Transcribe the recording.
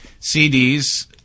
CDs